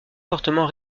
fortement